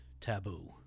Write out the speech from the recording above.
taboo